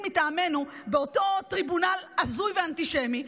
מטעמנו באותו טריבונל הזוי ואנטישמי,